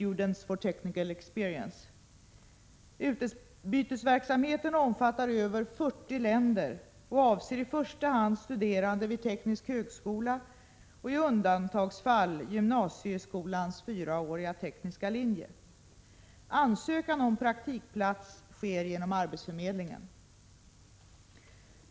Utbytesverksamheten omfattar över 40 länder och avser i första hand studerande vid teknisk högskola och i undantagsfall gymnasieskolans fyraåriga tekniska linje. Ansökan om praktikplats sker genom arbetsförmedlingen.